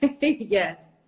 yes